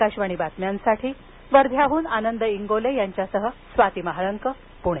आकाशवाणी बातम्यांसाठी वर्ध्याहन आनंद इंगोले यांच्यासह स्वाती महाळक प्णे